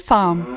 Farm